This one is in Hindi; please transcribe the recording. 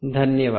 धन्यवाद